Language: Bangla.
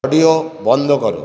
অডিও বন্ধ করো